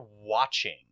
watching